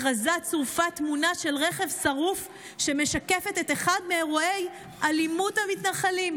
לכרזה צורפה תמונה של רכב שרוף שמשקף את אחד מאירועי אלימות המתנחלים.